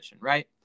right